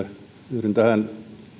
yhdyn tähän